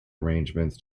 arrangements